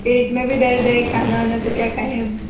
पेट में भी दर्द है खाना वाना तो क्या खाएं अब